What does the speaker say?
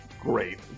Great